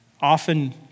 often